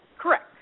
correct